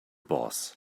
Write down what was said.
boss